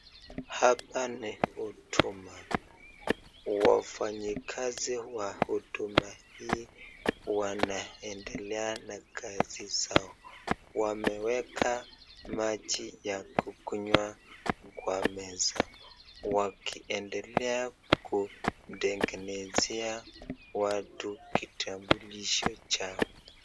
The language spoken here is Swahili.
Hapa ni huduma, wafanyi kazi wa huduma hii wameketi wanaendelea na kazi zao, wameweka maji ya kukunywa kwa meza wakiendela kutengenezea watu kitambulisho chao.